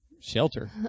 Shelter